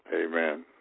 Amen